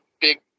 big